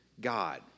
God